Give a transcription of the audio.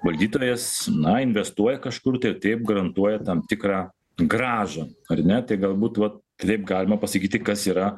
valdytojas na investuoja kažkur tai ir taip garantuoja tam tikrą grąžą ar ne tai galbūt va taip galima pasakyti kas yra